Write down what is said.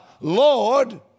Lord